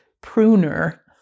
pruner